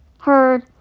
heard